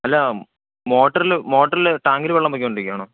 അല്ലാ മോട്ടറില് മോട്ടറില് ടാങ്കില് വെള്ളം പൊയ്ക്കോണ്ടിരിക്കുകയാണോ